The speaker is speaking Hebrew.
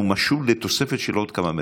הוא משול לתוספת של עוד כמה מרכזים,